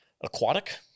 Aquatic